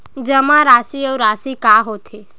जमा राशि अउ राशि का होथे?